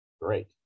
great